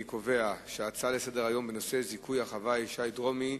אני קובע שההצעות לסדר-היום בנושא: זיכוי החוואי שי דרומי,